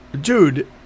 Dude